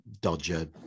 Dodger